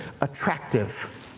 attractive